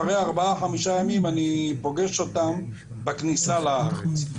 אחרי ארבעה-חמישה ימים אני פוגש אותם בכניסה לארץ.